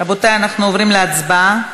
רבותי, אנחנו עוברים להצבעה.